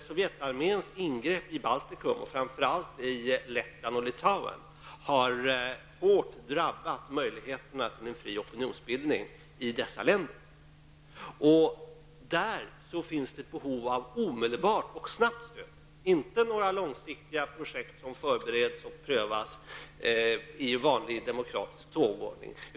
Sovjetarméns ingripande i Baltikum, och framför allt i Litauen och Lettland, har hårt drabbat möjligheterna till en fri opinionsbildning i dessa länder. Det finns där ett behov av ett omedelbart stöd, inte några långsiktiga projekt som förbereds och prövas i vanlig demokratisk tågordning.